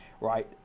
right